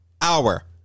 hour